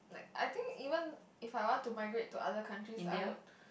I think even if I want to migrate to other countries I would